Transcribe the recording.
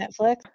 Netflix